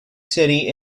city